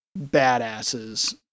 badasses